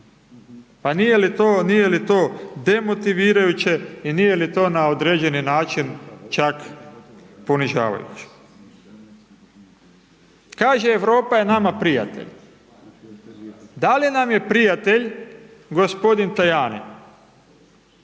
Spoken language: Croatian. to, nije li to demotivirajuće i nije li to na određeni način čak ponižavajuće? Kaže, Europa je nama prijatelj, da li nam je prijatelj g. Tajani,